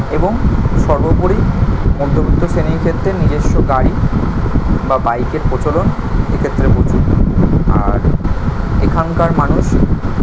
এবং সর্বোপরি মধ্যবিত্ত শ্রেণীর ক্ষেত্রে নিজস্ব গাড়ি বা বাইকের প্রচলন এক্ষেত্রে প্রচুর আর এখানকার মানুষ